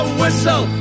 whistle